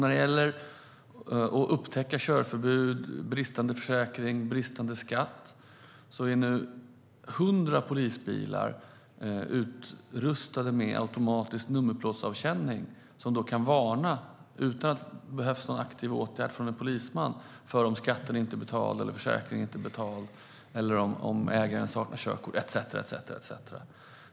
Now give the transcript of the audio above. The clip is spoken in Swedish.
När det gäller att upptäcka körförbud, bristande försäkring och bristande skatt är nu 100 polisbilar utrustade med automatisk nummerplåtsavkänning som alltså, utan att det behövs en aktiv åtgärd från en polisman, kan varna för att skatten eller försäkringen inte är betald - eller om ägaren saknar körkort, etcetera.